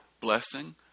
blessing